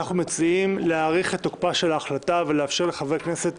אנחנו מציעים להאריך את תוקפה של ההחלטה ולאפשר לחברי הכנסת